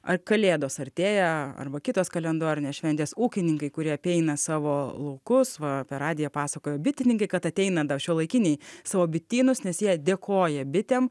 a kalėdos artėja arba kitos kalendorinės šventės ūkininkai kurie apeina savo laukus va per radiją pasakojo bitininkai kad ateina dar šiuolaikiniai savo bitynus nes jie dėkoja bitėm